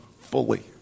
fully